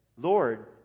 Lord